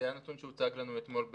זה הנתון שהוצג לנו אתמול.